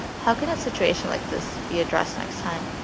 how can a situation like this be addressed next time?